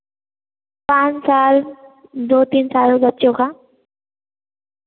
पाँच साल दो तीन साल के बच्चों का